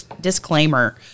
Disclaimer